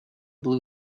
blue